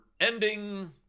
ending